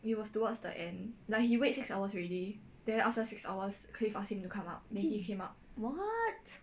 what